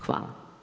Hvala.